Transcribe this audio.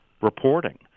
reporting